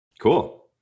Cool